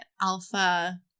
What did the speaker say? alpha